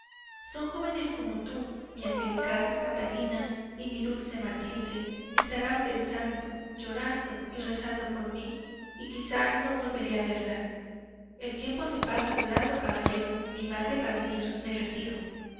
son jóvenes como tú mi angelical catalina y mi dulce matilde estarán pensando llorando y rezando por mí y quizá no volveré a verlas el tiempo se pasa volando caballero mi madre va a venir me retiro